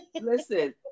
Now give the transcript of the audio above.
Listen